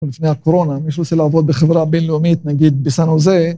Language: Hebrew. לפני הקורונה, מישהו רוצה לעבוד בחברה הבינלאומית, נגיד, בסן חוזה